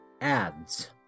ads